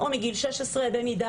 או מגיל 16 במידה